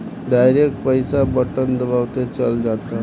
direct पईसा button दबावते चल जाता